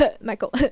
Michael